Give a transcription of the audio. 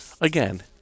Again